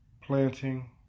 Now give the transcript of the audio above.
planting